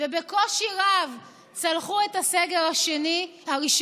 ובקושי רב צלחו את הסגר הראשון,